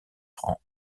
francs